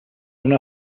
una